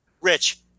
Rich